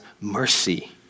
mercy